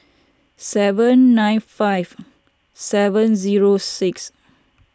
seven nine five seven zero six